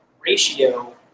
ratio